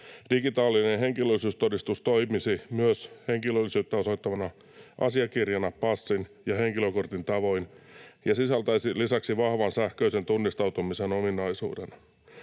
Digitaalinen henkilöllisyystodistus toimisi myös henkilöllisyyttä osoittavana asiakirjana passin ja henkilökortin tavoin ja sisältäisi lisäksi vahvan sähköisen tunnistautumisen ominaisuuden.